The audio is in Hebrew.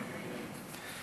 אמן.